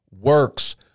works